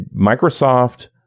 Microsoft